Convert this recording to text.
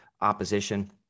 opposition